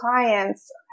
clients